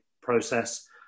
process